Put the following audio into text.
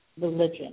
religion